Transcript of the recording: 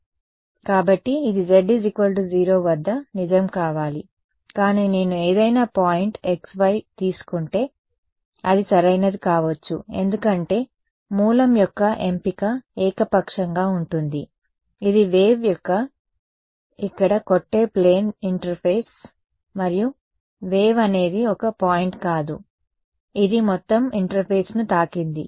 కాబట్టి ఇది z0 వద్ద నిజం కావాలి కానీ నేను ఏదైనా పాయింట్ x y తీసుకుంటే అది సరైనది కావచ్చు ఎందుకంటే మూలం యొక్క ఎంపిక ఏకపక్షంగా ఉంటుంది ఇది వేవ్ ఇక్కడ కొట్టే ప్లేన్ ఇంటర్ఫేస్ మరియు వేవ్ అనేది ఒక పాయింట్ కాదు ఇది మొత్తం ఇంటర్ఫేస్ను తాకింది